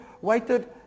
waited